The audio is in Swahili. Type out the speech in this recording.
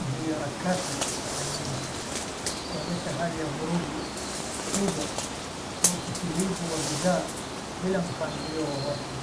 ju ya harakati ya mji ikionyesha hali ya vurugu, fujo, na upitilivu wa bidhaa bila mpangilio wowote.